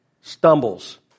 stumbles